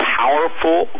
powerful